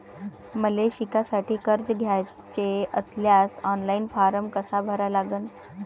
मले शिकासाठी कर्ज घ्याचे असल्यास ऑनलाईन फारम कसा भरा लागन?